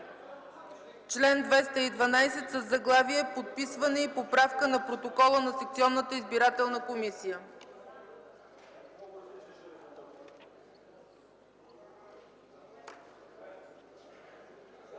чл. 212 със заглавие „Подписване и поправка на протокола на секционната избирателна комисия”.